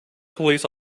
police